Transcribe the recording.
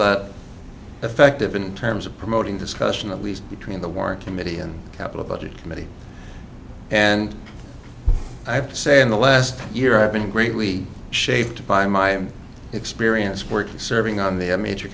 that effective in terms of promoting discussion at least between the work committee and capital budget committee and i have to say in the last year i've been great we shaped by my experience working serving on the a major